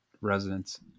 residents